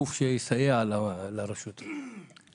גוף שיסייע לרשות לא